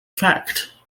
fact